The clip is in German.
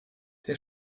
der